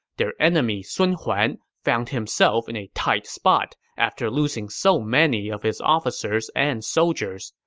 their enemy sun huan found himself in a tight spot after losing so many of his officers and soldiers.